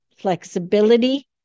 flexibility